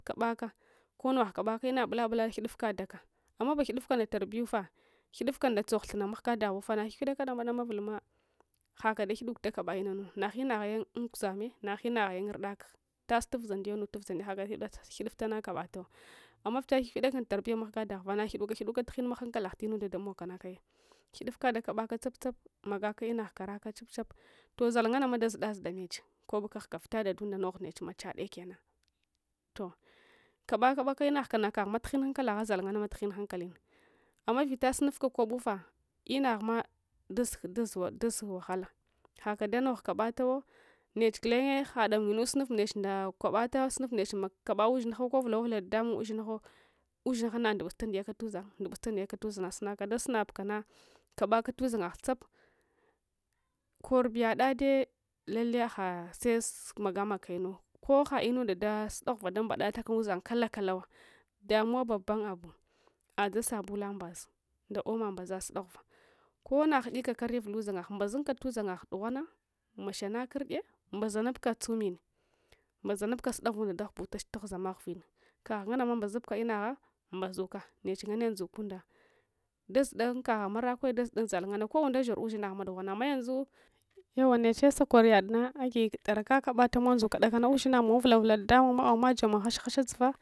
Kabaka konuwagh kabaka ina bula bula kulufka ɗaka amma gwaghidufka nda tarbiyu fah ghidufka nda tsogh thunng mahga daghufah na ghifghidaka ɗama ɗama vulma haka daguiduk dakaba inanu naghina ghaya unguzame naghina ghaya un urdake tas tuvuz a ndiyo nutuvuza ndiyo haka guidufta kabatu amma vita ghifghidaka un tarbiya mahga daghfa naghiduka ghiduka tughingmah hankalagh tu munɗa ɗamogkana kaya ghidufka dakabaka tsap tsap magaka inagh karaka tsap tsap zaunganama dazuda zudamech kobka ghuga tunda nogh nechma chade kena toh’ kabakabaka lnagh kam nakaghma tughing hankalagha zall ngana mtughing hankalin amma vita sunupka kobu fah inaghma ɗas ɗas ɗas wahala haka danogh kabatawo nech gulenye hadangwenu sunf nechu nda kabata sunuf nech kaba ushinghau ko vula qwa vula ɗaɗamung ushingho ushingha nadubustaliyaka uszang ndusta ndiyak tuzang sunaka dasunabukana kabakatuzangah tsap korbu yadade lave agha se magamagaka inu koh ha’ inunda dasudaghuva nda mbalataka uzang kala kalawa damuwe ɓaban abu adza sabulambaz nda oma mbaza sudaghuwa kona ghuika karya uvulu zangah mbazunka uszangah dughwana mashanak ur’ye mbazaunpka kumin mbazanupka sudaghuvunda daghubutach tughuzama ghufing kagh nganams mbazubka inagha mbazuka neche nganne ndzukunda ɗazudan kagha marakwe dazumdan zall nganne ko unde shor ushinahma dughwana amma yanzu yauwa neche sakor ushimahma dughwana amma yanzu yauwa neche sakor yad na agi dara kakabal amow ndzuka dakana ush in a mow vulamamluvula ɗaɗamungma amamata jama has hasha